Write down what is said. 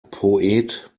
poet